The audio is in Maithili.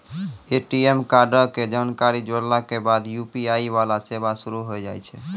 ए.टी.एम कार्डो के जानकारी जोड़ला के बाद यू.पी.आई वाला सेवा शुरू होय जाय छै